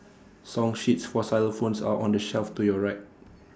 song sheets for xylophones are on the shelf to your right